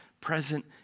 present